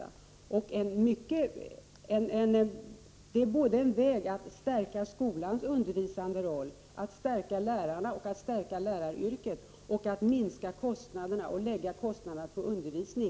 Att, som vi föreslår, minska kringaktiviteterna är en metod såväl att stärka skolans undervisande roll, att stärka lärarna och att stärka läraryrket som att minska kostnaderna och lägga pengarna på undervisning.